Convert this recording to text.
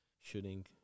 shooting